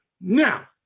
Now